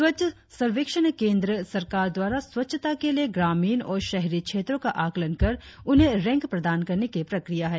स्वच्छा सर्वेक्षण केंद्र सरकार द्वारा स्वच्छता के लिए ग्रामीण और शहरी क्षेत्रो का आकलन कर उन्हें रेंक प्रदान करने की प्रक्रिया है